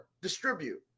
Distribute